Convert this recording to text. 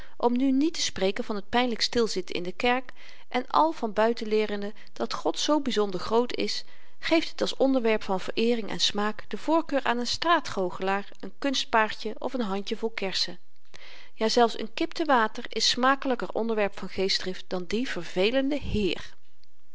schooltaak om nu niet te spreken van t pynlyk stil zitten in de kerk en al van buiten leerende dat god zoo byzonder groot is geeft het als onderwerp van vereering en smaak de voorkeur aan n straatgoochelaar n kunstpaardjen of n handjevol kersen jazelfs n kip te water is smakelyker onderwerp van geestdrift dan die vervelende heer